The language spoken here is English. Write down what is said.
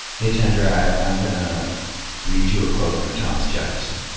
hey chenjerai, i'm gonna read you a quote from thomas jefferson.